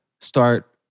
start